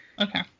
Okay